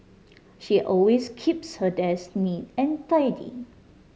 she always keeps her desk neat and tidy